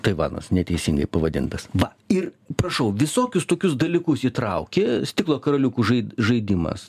taivanas neteisingai pavadintas va ir prašau visokius tokius dalykus įtrauki stiklo karoliukų žai žaidimas